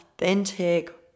Authentic